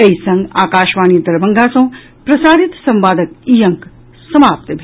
एहि संग आकाशवाणी दरभंगा सँ प्रसारित संवादक ई अंक समाप्त भेल